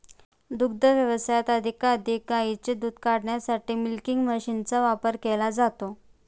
दुग्ध व्यवसायात अधिकाधिक गायींचे दूध काढण्यासाठी मिल्किंग मशीनचा वापर केला जातो